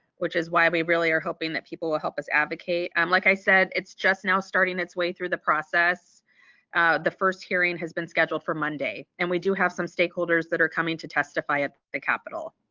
which is why we really are hoping that people will help us advocate and um like i said it's just now starting its way through the process the first hearing has been scheduled for monday and we do have some stakeholders that are coming to testify at the capitol.